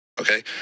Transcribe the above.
Okay